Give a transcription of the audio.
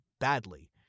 badly